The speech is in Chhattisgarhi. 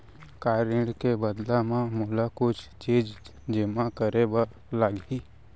का ऋण के बदला म मोला कुछ चीज जेमा करे बर लागही?